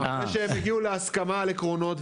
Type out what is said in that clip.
אני מחכה שהם יגיעו להסכמה על עקרונות,